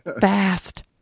fast